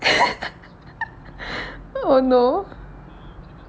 oh no